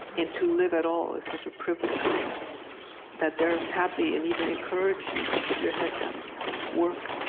and to live at all is such a privilege that they're happy, and even encourage you to put your head down work,